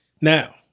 Now